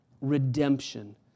redemption